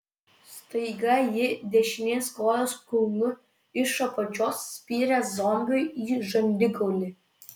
staiga ji dešinės kojos kulnu iš apačios spyrė zombiui į žandikaulį